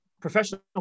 professional